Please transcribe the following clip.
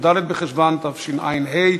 כ"ד בחשוון התשע"ה,